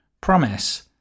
Promise